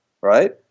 right